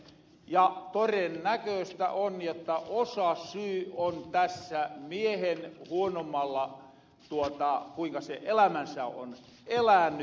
ja torennäkööstä on jotta osasyy on tässä miehen huonommalla kuinka se elämänsä on elänyt